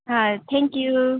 હા thank you